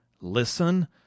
listen